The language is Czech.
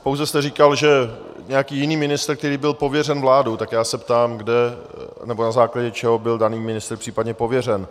Pouze jste říkal, že nějaký jiný ministr, který byl pověřen vládou, tak já se ptám, na základě čeho byl daný ministr případně pověřen.